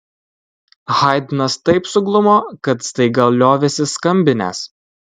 haidnas taip suglumo kad staiga liovėsi skambinęs